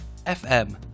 fm